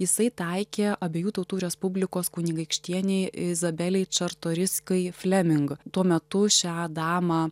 jisai taikė abiejų tautų respublikos kunigaikštienei izabelei čartoriskai fleming tuo metu šią damą